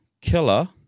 killer